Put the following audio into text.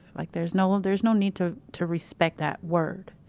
like, there's no, there's no need to to respect that word.